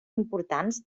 importants